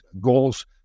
Goals